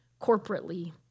corporately